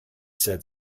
said